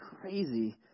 crazy